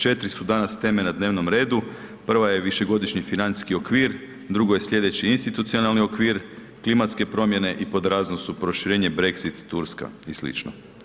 Četiri su danas teme na dnevnom redu, prva je višegodišnji financijski okvir, drugo je slijedeći institucionalni okvir, klimatske promjene i pod razno su proširenje Brexit, Turska i sl.